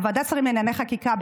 בוועדת שרים לענייני חקיקה,